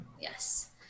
Yes